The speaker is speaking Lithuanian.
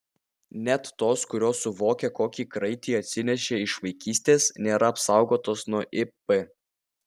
net tos kurios suvokia kokį kraitį atsinešė iš vaikystės nėra apsaugotos nuo ip